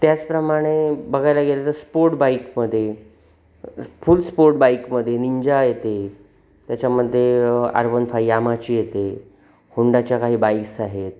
त्याचप्रमाणे बघायला गेलं तर स्पोर्ट बाईकमध्ये फुल स्पोर्ट बाईकमध्ये निंजा येते त्याच्यामध्ये आर वन फाय यामाची येते होंडाच्या काही बाईक्स आहेत